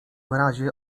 razie